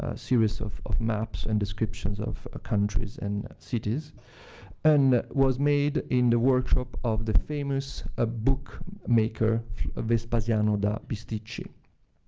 ah series of of maps and descriptions of ah countries and cities and was made in the workshop of the famous ah book maker vespasiano da bisticci.